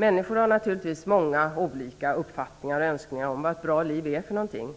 Människor har naturligtvis många olika önskningar och uppfattningar om vad ett bra liv är.